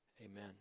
Amen